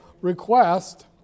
request